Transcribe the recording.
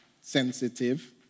sensitive